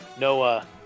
no